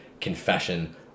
confession